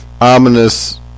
ominous